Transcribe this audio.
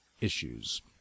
issues